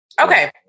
Okay